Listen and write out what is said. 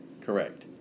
Correct